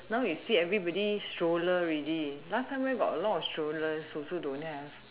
now you see everybody stroller already last time where got a lot of strollers also don't have